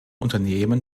unternehmen